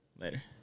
Later